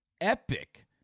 epic